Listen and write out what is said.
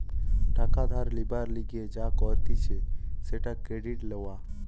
টাকা ধার লিবার লিগে যা করতিছে সেটা ক্রেডিট লওয়া